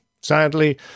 Sadly